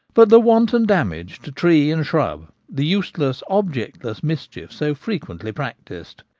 but the wanton damage to tree and shrub, the use less, objectless mischief so frequently practised.